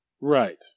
Right